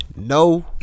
No